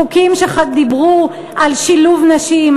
חוקים שדיברו על שילוב נשים,